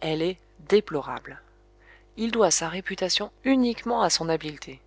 elle est déplorable il doit sa réputation uniquement à son habileté